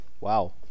wow